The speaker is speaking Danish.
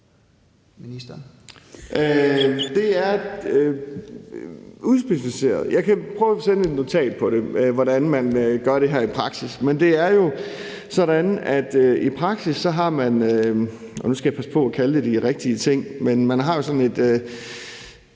Danielsen): Det er udspecificeret. Jeg kan prøve at sende et notat på, hvordan man gør det her i praksis. Men det er jo sådan, at i praksis har man – og nu skal jeg passe på at kalde det de rigtige ting – sådan et